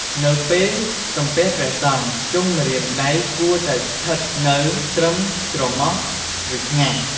នៅពេលសំពះព្រះសង្ឃ ចុងម្រាមដៃគួរតែស្ថិតនៅត្រឹមច្រមុះ ឬថ្ងាស។